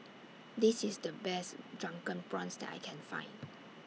This IS The Best Drunken Prawns that I Can Find